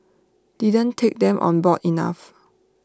didn't take them on board enough